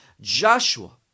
Joshua